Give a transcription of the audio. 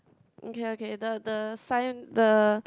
okay okay the the sign the